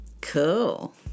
Cool